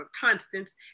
constants